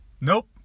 Nope